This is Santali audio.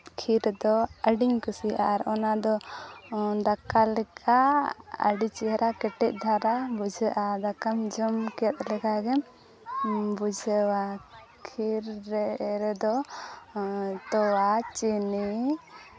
ᱠᱷᱤᱨ ᱫᱚ ᱟᱹᱰᱤᱧ ᱠᱩᱥᱤᱭᱟᱜᱼᱟ ᱟᱨ ᱚᱱᱟ ᱫᱚ ᱫᱟᱠᱟ ᱞᱮᱠᱟ ᱟᱹᱰᱤ ᱪᱮᱦᱨᱟ ᱠᱮᱴᱮᱡ ᱫᱷᱟᱨᱟ ᱵᱩᱡᱷᱟᱹᱜᱼᱟ ᱫᱟᱠᱟᱢ ᱡᱚᱢ ᱠᱮᱫ ᱞᱮᱠᱟ ᱜᱮᱢ ᱵᱩᱡᱷᱟᱹᱣᱟ ᱠᱷᱤᱨ ᱨᱮᱫᱚ ᱛᱚᱣᱟ ᱪᱤᱱᱤ